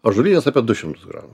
ąžuolinės apie du šimtus gramų